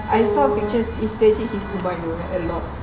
I saw pictures a lot